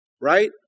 right